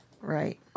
right